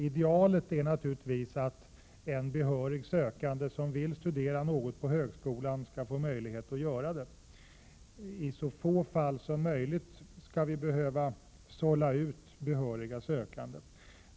Idealet är naturligtvis att en behörig sökande som vill studera något på högskolan skall få möjlighet att göra det. I så få fall som möjligt skall vi behöva sålla bort behöriga sökande.